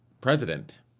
president